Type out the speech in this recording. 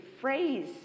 phrase